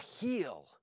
heal